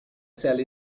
shall